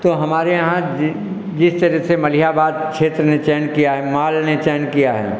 तो हमारे यहाँ जिस तरह से मलीहाबाद क्षेत्र ने चयन किया है माल ने चयन किया है